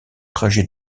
trajet